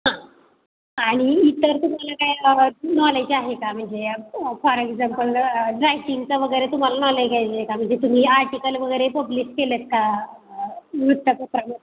हां आणि इतर तुम्हाला काय नॉलेज आहे का म्हणजे फॉर एक्झाम्पल रायटिंगचं वगैरे तुम्हाला नॉलेज आहे म्हणजे का म्हणजे तुम्ही आर्टिकल वगैरे पब्लिश केलंत का वृत्तपत्र